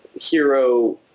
Hero